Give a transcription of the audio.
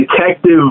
detective